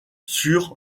sur